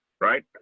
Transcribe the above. right